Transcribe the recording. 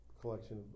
collection